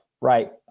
right